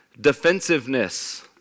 defensiveness